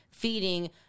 Feeding